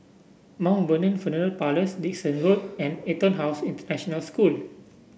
Mount Vernon Funeral Parlours Dickson Road and EtonHouse International School